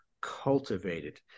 cultivated